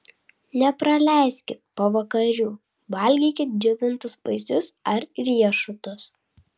nepraleiskit pavakarių valgykit džiovintus vaisius ar riešutus